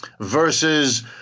versus